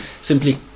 simply